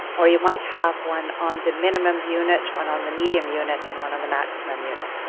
or you might have one on the minimum unit, one on the medium unit, and one on the maximum unit.